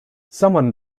someone